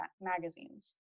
magazines